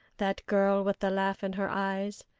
that girl with the laugh in her eyes.